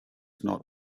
not